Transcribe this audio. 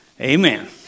Amen